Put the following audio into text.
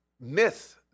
myth